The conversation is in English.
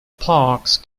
parks